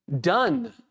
done